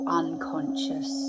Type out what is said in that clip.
unconscious